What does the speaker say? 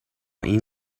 این